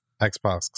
Xbox